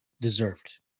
deserved